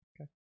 Okay